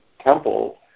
temple